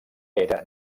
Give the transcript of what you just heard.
era